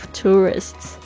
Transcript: tourists